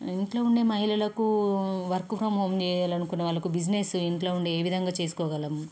ఇంట్లో ఉండే మహిళలకూ వర్క్ ఫ్రమ్ హోమ్ చేయాలి అనుకునే వాళ్ళకు బిజినెస్ ఇంట్లో ఉండే ఏ విధంగా చేసుకోగలము